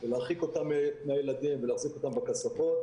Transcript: להרחיק אותם מהילדים ולהחזיק בכספות.